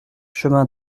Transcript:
chemin